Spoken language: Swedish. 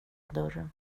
dörren